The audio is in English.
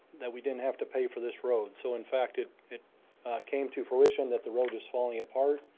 that we didn't have to pay for this road. so in fact, it it came to fruition that the road is falling apart.